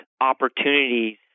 opportunities